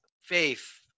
faith